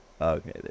okay